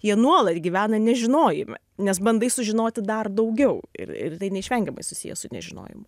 jie nuolat gyvena nežinojime nes bandai sužinoti dar daugiau ir ir tai neišvengiamai susiję su nežinojimu